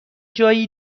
جایی